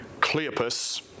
Cleopas